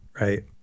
right